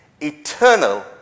eternal